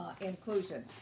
inclusion